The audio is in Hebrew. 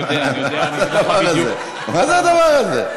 מה זה הדבר הזה?